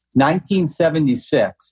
1976